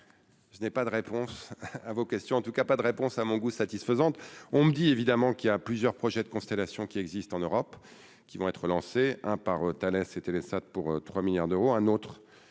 je n'ai pas de réponse à vos questions en tout cas pas de réponse à mon goût satisfaisante, on me dit, évidemment qu'il y a plusieurs projets de constellations qui existe en Europe, qui vont être lancés hein par Thales et Télésat pour 3 milliards d'euros, un autre